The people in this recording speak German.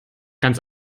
ganz